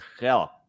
help